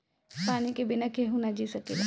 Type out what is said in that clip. पानी के बिना केहू ना जी सकेला